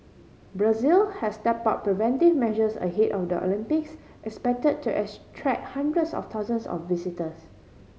Brazil has step up preventive measures ahead of the Olympics expect to attract hundreds of thousands of visitors